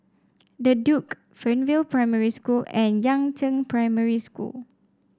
The Duke Fernvale Primary School and Yangzheng Primary School